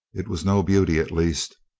it was no beauty, at least.